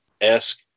esque